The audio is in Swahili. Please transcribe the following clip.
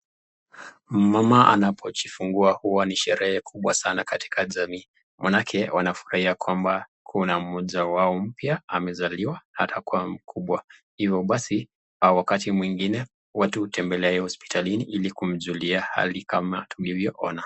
Mama anapojifungua huwa ni sherehe kubwa sana katika jamii manake wanafurahia kwamba kuna mmoja wao mpya amezaliwa atakua mkubwa hivo basi wakati mwingine watu huutembelea yeye hospitalini ili kumjulia hali kama tulivyoona.